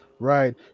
Right